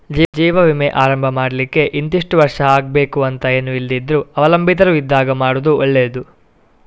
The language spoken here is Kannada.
ಜೀವ ವಿಮೆ ಆರಂಭ ಮಾಡ್ಲಿಕ್ಕೆ ಇಂತಿಷ್ಟು ವರ್ಷ ಆಗ್ಬೇಕು ಅಂತ ಏನೂ ಇಲ್ದಿದ್ರೂ ಅವಲಂಬಿತರು ಇದ್ದಾಗ ಮಾಡುದು ಒಳ್ಳೆದು